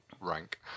rank